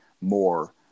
more